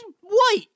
white